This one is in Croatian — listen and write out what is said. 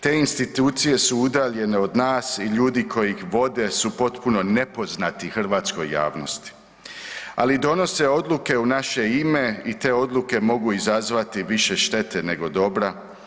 Te institucije su udaljene od nas i ljudi koji ih vode su potpuno nepoznati hrvatskoj javnosti, ali donose odluke u naše ime i te odluke mogu izazvati više štete nego dobra.